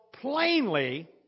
plainly